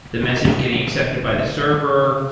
the message getting accepted by the server?